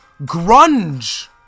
Grunge